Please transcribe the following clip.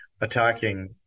attacking